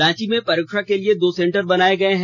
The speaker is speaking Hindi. रांची में परीक्षा के लिए दो सेंटर बनाए गए हैं